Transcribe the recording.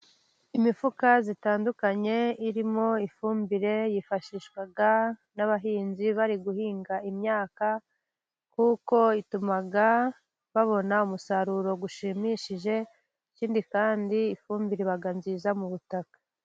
Imifuka itandukanye irimo ifumbire yifashishwa n'abahinzi bari guhinga imyaka, kuko ituma babona umusaruro ushimishije. Ikindi kandi ifumbire ibaga nziza mu butaka.